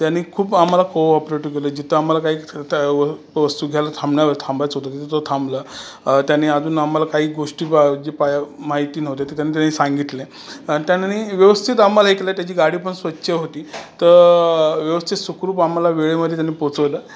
त्यांनी खूप आम्हाला कोऑपरेटिव्ह केलं जिथं आम्हाला काही फिरता यावं वस्तू घ्यायला थांबणार थांबायचं होतं तिथं तो थांबला त्याने अजून आम्हाला काही गोष्टी पाय जे पाया माहिती नव्हत्या त्या त्यांनी त्यांनी सांगितल्या आणि त्यांनी व्यवस्थित आम्हाला हे केलं त्याची गाडी पण स्वच्छ होती तर व्यवस्थित सुखरूप आम्हाला वेळेमध्ये त्यांनी पोचवलं